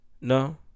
No